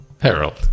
Harold